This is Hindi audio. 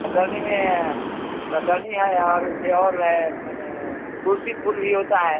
कतरनी में कतरनी है और वैसे और है मने तुलसी फूल भी होता है